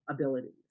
abilities